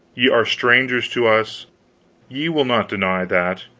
ye are strangers to us ye will not deny that.